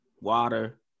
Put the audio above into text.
water